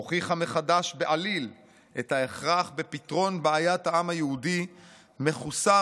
הוכיחה מחדש בעליל את ההכרח בפתרון בעיית העם היהודי מחוסר